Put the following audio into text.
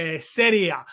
Serie